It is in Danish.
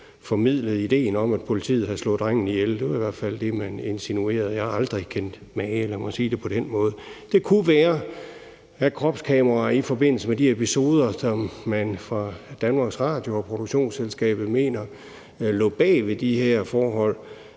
formidlet idéen om, at politiet havde slået drengen ihjel. Det var i hvert fald det, man insinuerede. Jeg har aldrig kendt mage; lad mig sige det på den måde. Det kunne være, at man med kropskameraer i forbindelse med de episoder, som DR og produktionsselskabet mener lå bag ved de her forhold,